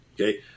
okay